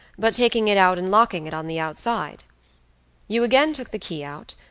but taking it out and locking it on the outside you again took the key out,